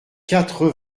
quatre